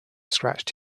scratched